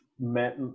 met